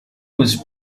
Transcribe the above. was